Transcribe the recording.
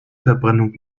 verbrennung